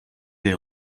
les